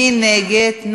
מי נגד?